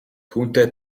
түүнтэй